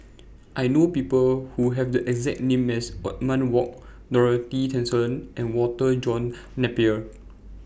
I know People Who Have The exact name as Othman Wok Dorothy Tessensohn and Walter John Napier